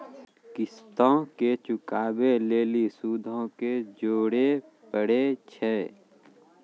किश्तो के चुकाबै लेली सूदो के जोड़े परै छै